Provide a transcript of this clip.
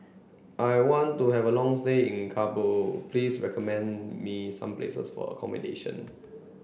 I want to have a long stay in Kabul please recommend me some places for accommodation